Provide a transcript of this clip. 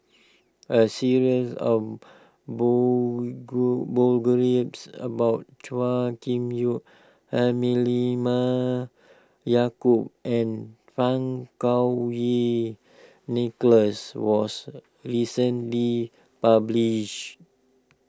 a series of grew about Chua Kim Yeow Halimah Yacob and Fang Kuo Wei Nicholas was recently published